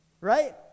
right